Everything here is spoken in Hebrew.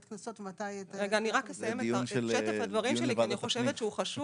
קנסות ומתי את --- זה דיון לוועדת הפנים.